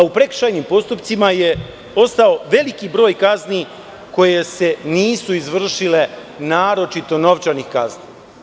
U prekršajnim postupcima je ostao veliki broj kazni koje se nisu izvršile, naročito novčanih kazni.